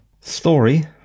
story